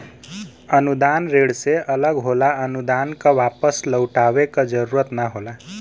अनुदान ऋण से अलग होला अनुदान क वापस लउटाये क जरुरत ना होला